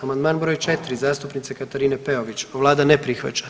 Amandman br. 4. zastupnice Katarine Peović, vlada ne prihvaća.